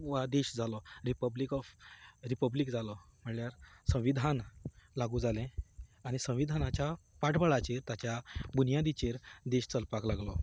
वा देश जालो रिपब्लीक ऑफ रिपब्लीक जालो म्हणल्यार संविधान लागू जालें आनी संविधानाच्या फाटबळाचेर ताच्या बुनयादीचेर देश चलपाक लागलो